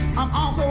on all